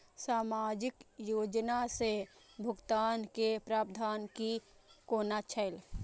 सामाजिक योजना से भुगतान के प्रावधान की कोना छै?